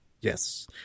Yes